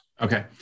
okay